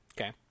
Okay